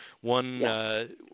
one